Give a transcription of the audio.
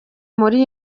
muri